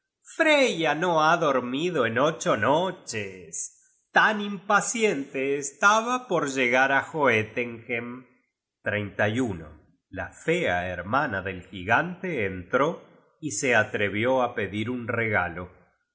freya no ha dormido en ocho noches tan impaciente estaba por llegar á joetenhem content from google book search generated at la fea hermana del gigante entró y se atrevió á pedir un regalo